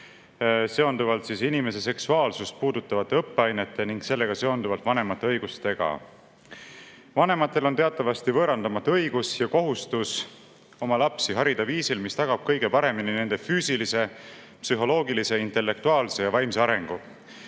Kallasele inimese seksuaalsust puudutavate õppeainete ning sellega seonduvalt vanemate õiguste kohta. Vanematel on teatavasti võõrandamatu õigus ja kohustus harida oma lapsi viisil, mis tagab kõige paremini nende füüsilise, psühholoogilise, intellektuaalse ja vaimse arengu.